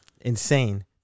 Insane